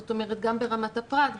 זאת אומרת גם ברמת הפרט,